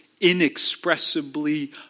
inexpressibly